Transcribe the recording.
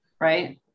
Right